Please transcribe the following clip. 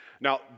Now